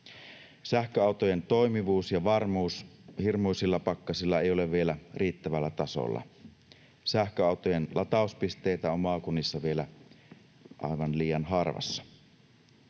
Sähköautojen toimivuus ja varmuus hirmuisilla pakkasilla ei ole vielä riittävällä tasolla. Sähköautojen latauspisteitä on maakunnissa vielä aivan liian harvassa.